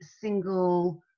single